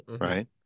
Right